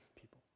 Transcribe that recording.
people